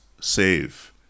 save